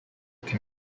can